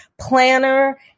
planner